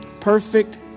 Perfect